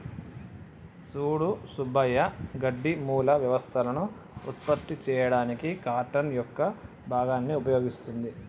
సూడు సుబ్బయ్య గడ్డి మూల వ్యవస్థలను ఉత్పత్తి చేయడానికి కార్టన్ యొక్క భాగాన్ని ఉపయోగిస్తుంది